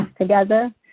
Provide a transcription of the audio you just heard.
together